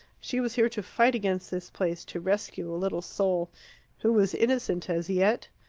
she was here to fight against this place, to rescue a little soul who was innocent as yet.